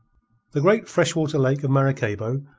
the great freshwater lake of maracaybo,